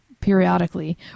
periodically